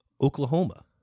Oklahoma